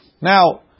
Now